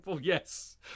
yes